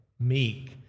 meek